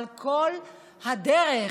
על כל הדרך